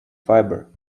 fibre